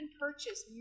purchase